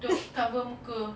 untuk cover muka